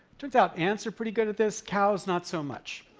turns out ants are pretty good at this. cows, not so much.